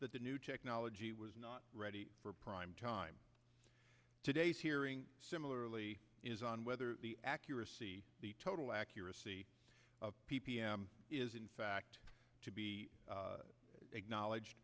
that the new technology was not ready for primetime today's hearing similarly is on whether the accuracy the total accuracy of p p m is in fact to be acknowledge